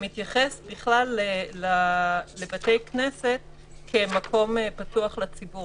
שמתייחס לבתי כנסת כמקום פתוח לציבור,